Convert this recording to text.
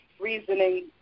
reasoning